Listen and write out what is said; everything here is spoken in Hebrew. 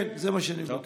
כן, זה מה שאני מבקש.